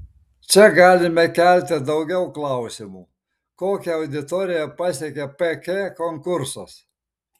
čia galime kelti daugiau klausimų kokią auditoriją pasiekia pk konkursas